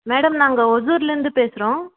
madam நாங்கள் ஒசூர்லர்ந்து பேசுகிறோம்